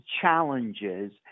challenges